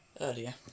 earlier